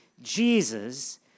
Jesus